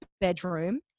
bedroom